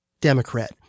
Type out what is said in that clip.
Democrat